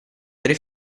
tre